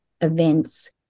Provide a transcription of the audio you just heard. events